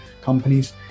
companies